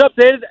updated